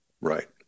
Right